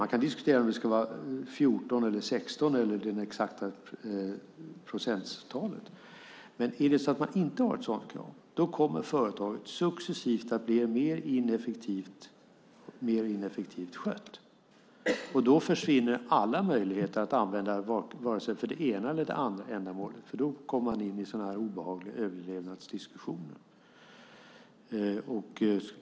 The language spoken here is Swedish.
Man kan diskutera om det ska vara 14, 16 eller det exakta procenttalet, men om man inte har ett sådant krav kommer företaget successivt att bli mer ineffektivt skött. Då försvinner alla möjligheter att använda det för vare sig det ena eller det andra ändamålet, för då kommer man in på obehagliga överlevnadsdiskussioner.